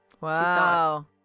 wow